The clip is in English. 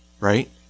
right